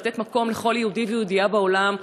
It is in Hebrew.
לתת מקום לכל יהודי ויהודייה בעולם,